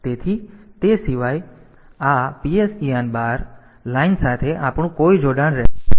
તેથી તે સિવાય આ PSEN બાર લાઇન સાથે આપણું કોઈ જોડાણ રહેશે નહીં